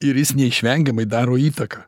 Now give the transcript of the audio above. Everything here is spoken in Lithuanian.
ir jis neišvengiamai daro įtaką